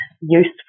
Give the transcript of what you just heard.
useful